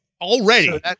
already